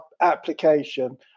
application